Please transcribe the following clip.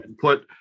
put